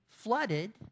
flooded